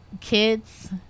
kids